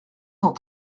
cent